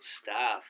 staff